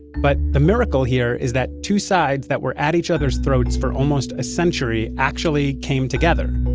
but the miracle here is that two sides that were at each other's throats for almost a century actually came together.